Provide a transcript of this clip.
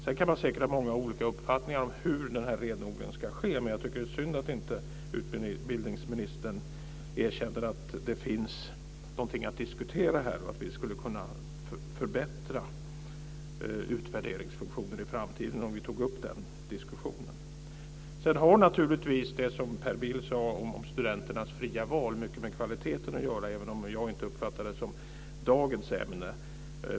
Sedan kan man säkert ha många olika uppfattningar om hur denna renodling ska ske, men jag tycker att det är synd att utbildningsministern inte erkänner att det finns någonting att diskutera här och att man - om man tog upp den diskussionen - skulle kunna förbättra utvärderingsfunktionen i framtiden. Det som Per Bill sade om studenternas fria val har mycket med kvaliteten att göra, även om jag inte uppfattar det som dagens ämne.